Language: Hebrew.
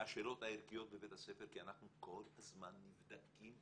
השאלות הערכיות בבית הספר כי אנחנו כל הזמן נבדקים.